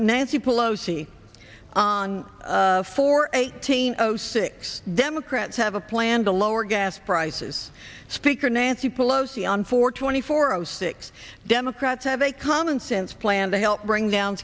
nancy pelosi for eighteen of six democrats have a plan to lower gas price says speaker nancy pelosi on four twenty four zero six democrats have a common sense plan to help bring down